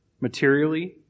materially